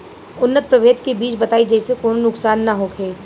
उन्नत प्रभेद के बीज बताई जेसे कौनो नुकसान न होखे?